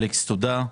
אלכס, תודה.